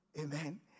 Amen